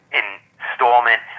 installment